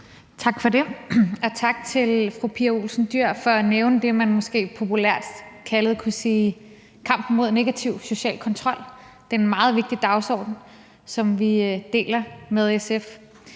Tak for det. Tak til fru Pia Olsen Dyhr for at nævne det, man måske populært kalder for kampen mod negativ social kontrol. Det er en meget vigtig dagsorden, som vi deler med SF.